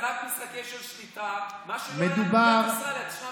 אנחנו נמצאים במצב מאוד מאוד מצער כשאנחנו